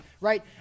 right